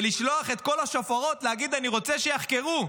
ולשלוח את כל השופרות ולהגיד אני רוצה שיחקרו,